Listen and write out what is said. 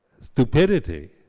stupidity